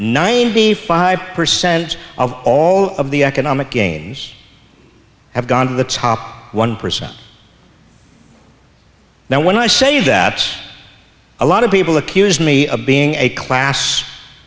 ninety five percent of all of the economic gains have gone to the top one percent now when i say that a lot of people accuse me of being a class